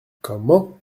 comment